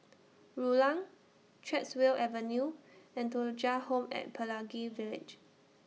Rulang Chatsworth Avenue and Thuja Home At Pelangi Village